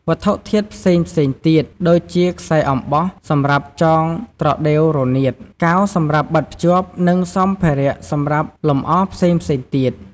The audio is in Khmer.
វត្ថុធាតុផ្សេងៗទៀត ដូចជាខ្សែអំបោះសម្រាប់ចងត្រដេវរនាត កាវសម្រាប់បិទភ្ជាប់ និងសម្ភារៈសម្រាប់លម្អផ្សេងៗទៀត។